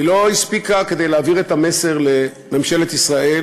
היא לא הספיקה כדי להעביר לממשלת ישראל